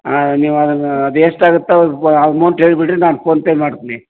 ಹಾಂ ನೀವು ಅದನ್ನು ಅದು ಎಷ್ಟಾಗುತ್ತೋ ಅಮೌಂಟ್ ಹೇಳಿಬಿಡ್ರಿ ನಾನು ಪೋನ್ಪೇ ಮಾಡ್ತೀನಿ